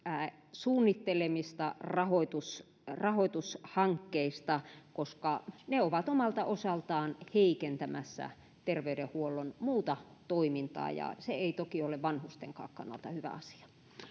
suunnittelemista rahoitushankkeista koska ne ovat omalta osaltaan heikentämässä terveydenhuollon muuta toimintaa ja se ei toki ole vanhustenkaan kannalta hyvä asia